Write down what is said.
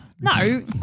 No